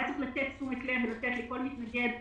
מכיוון שהיה צריך להקדיש תשומת לב ולתת לכל מתנגד להתייחס,